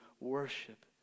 worship